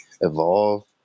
evolve